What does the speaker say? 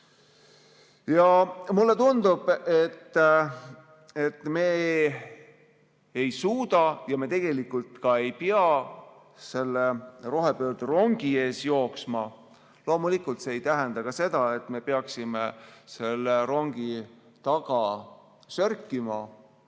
Mulle tundub, et me ei suuda ja tegelikult ei peagi selle rohepöörderongi ees jooksma. Loomulikult see ei tähenda ka seda, et me peaksime selle rongi taga sörkima.